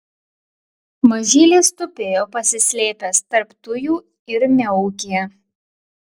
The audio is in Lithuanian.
mažylis tupėjo pasislėpęs tarp tujų ir miaukė